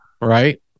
right